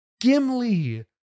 Gimli